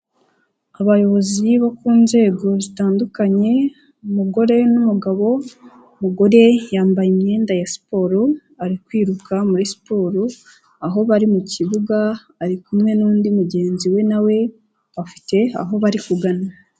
Abayobozi bo ku nzego zitandukanye, umugore n'umugabo, umugore yambaye imyenda ya siporo, ari kwiruka muri siporo, aho bari mu kibuga, ari kumwe n'undi mugenzi we nawe, bafite aho bari kugana.